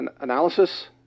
analysis